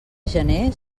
gener